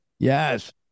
Yes